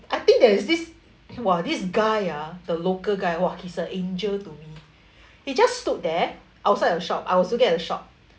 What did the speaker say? I think there's this !wah! this guy ah the local guy !wah! he's an angel to me he just stood there outside a shop I also get a shock